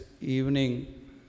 evening